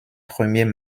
premiers